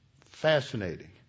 fascinating